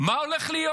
מה הולך להיות.